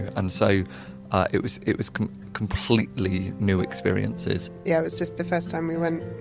and so it was it was completely new experiences yeah, it was just the first time we went,